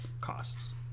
costs